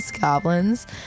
goblins